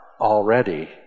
already